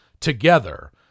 Together